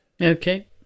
Okay